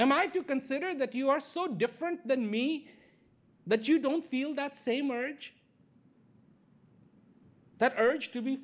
and i do consider that you are so different than me that you don't feel that same urge that urge to be